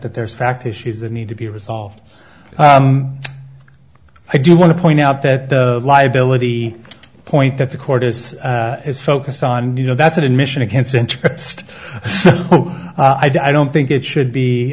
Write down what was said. that there's fact issues that need to be resolved i do want to point out that the liability point that the court is his focus on you know that's an admission against interest i don't think it should be